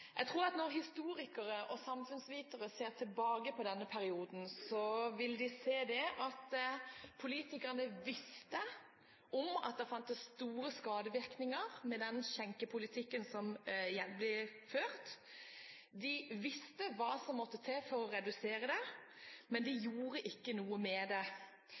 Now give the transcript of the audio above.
samfunnsvitere ser tilbake på denne perioden, vil de se at politikerne visste om at det fantes store skadevirkninger ved den skjenkepolitikken som blir ført, de visste hva som måtte til for å redusere dem, men de gjorde ikke noe med det.